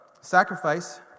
sacrifice